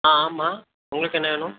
ஆ ஆமாம் உங்களுக்கு என்ன வேணும்